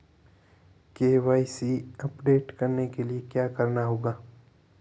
KYC update करने के लिए क्या करना होगा?